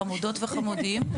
חמודות וחמודים,